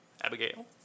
Abigail